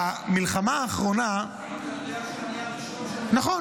במלחמה האחרונה --- אתה יודע שאני הראשון --- נכון,